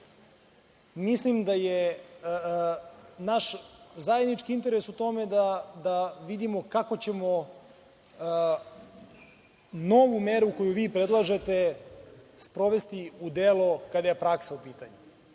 mislim da je naš zajednički interes u tome da vidimo kako ćemo novu meru koju vi predlažete sprovesti u delo kada je praksa u pitanju.